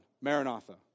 Maranatha